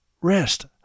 Rest